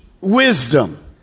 wisdom